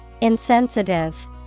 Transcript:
Insensitive